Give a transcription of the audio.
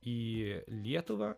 į lietuvą